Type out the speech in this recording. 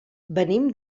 venim